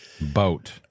Boat